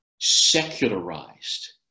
secularized